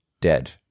dead